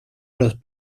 los